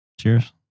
Cheers